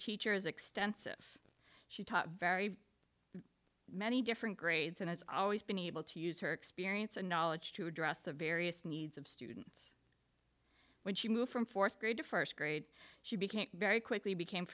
teacher is extensive she taught very many different grades and has always been able to use her experience and knowledge to address the various needs of students when she moved from fourth grade to first grade she became very quickly became